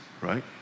right